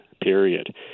period